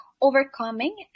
overcoming